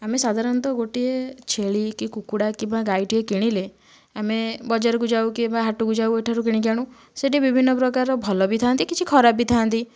ଆମେ ସାଧାରଣତଃ ଗୋଟିଏ ଛେଳି କି କୁକୁଡ଼ା କିମ୍ବା ଗାଈଟିଏ କିଣିଲେ ଆମେ ବଜାରକୁ ଯାଉ କିମ୍ବା ହାଟକୁ ଯାଉ ଏଠାରୁ କିଣିକି ଆଣୁ ସେଠି ବିଭିନ୍ନ ପ୍ରକାର ଭଲ ବି ଥାଆନ୍ତି କିଛି ଖରାପ ବି ଥାଆନ୍ତି